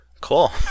Cool